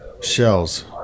shells